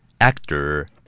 Actor